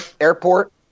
airport